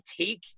take